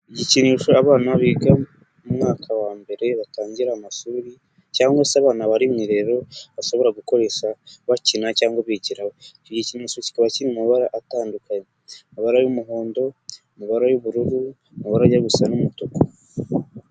Igikinisho abana biga mu mwaka wa mbere batangira amashuri cyangwa se abana bari mu irerero bashobora gukoresha bakina cyangwa bigiraho. Iki gikinisho kikaba kiri mu mabara atandukanye. Amabara y'umuhondo, amabara y'ubururu, amabara ajya gusa n'umutuku.